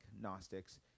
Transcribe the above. Gnostics